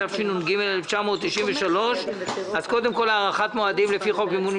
התשנ"ג 1993. קודם כול הארכת מועדים לפי חוק מימון מפלגות,